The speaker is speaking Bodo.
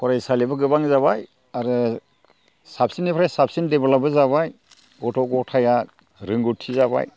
फरायसालिबो गोबां जाबाय आरो साबसिननिफ्राय साबसिन डेभेल'पबो जाबाय गथ' गथाइया रोंगौथि जाबाय